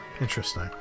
Interesting